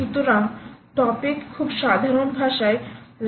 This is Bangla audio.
সুতরাং টপিক খুব সাধারণ ভাষায় রাউটিং কী ও